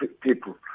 people